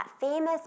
famous